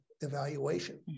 evaluation